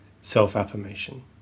self-affirmation